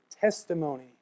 testimony